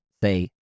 say